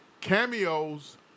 Cameo's